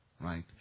right